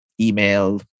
email